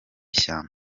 shyamba